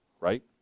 right